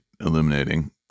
illuminating